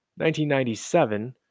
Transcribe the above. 1997